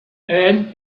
and